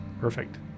Perfect